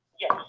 yes